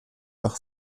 par